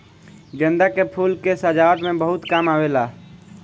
गेंदा के फूल के सजावट में बहुत काम आवेला